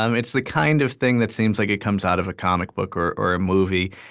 um it's the kind of thing that seems like it comes out of a comic book or or a movie.